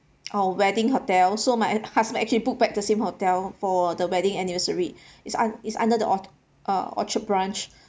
our wedding hotel so my husband actually book back the same hotel for the wedding anniversary it's un~ it's under the or~ uh orchard branch